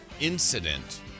incident